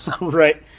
Right